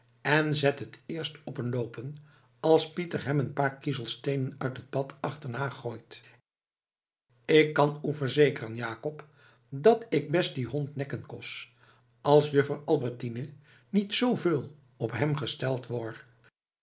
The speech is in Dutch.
en zet het eerst op een loopen als pieter hem een paar kiezelsteenen uit het pad achternagooit ik kan oe verzekeren joacob dat ik best die'n hond nekken kos als juffer albertine niet zooveul op hem gesteld woar